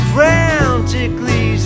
Frantically